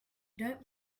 don’t